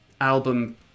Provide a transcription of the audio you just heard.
album